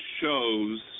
shows